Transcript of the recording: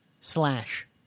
slash